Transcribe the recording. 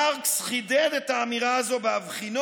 מרקס חידד את האמירה הזאת בהבחינו